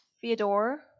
Fyodor